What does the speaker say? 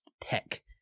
tech